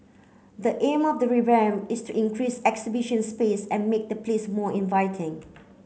the aim of the revamp is to increase exhibition space and make the place more inviting